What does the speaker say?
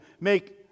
make